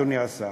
אדוני השר,